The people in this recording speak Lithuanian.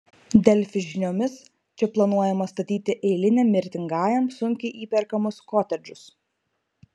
delfi žiniomis čia planuojama statyti eiliniam mirtingajam sunkiai įperkamus kotedžus